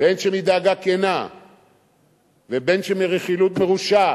בין שמדאגה כנה ובין שמרכילות מרושעת,